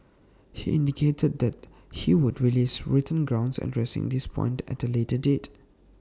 he indicated that he would release written grounds addressing this point at A later date